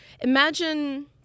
imagine